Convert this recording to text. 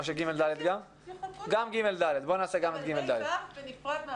ג-ד, ה-ו, בנפרד מן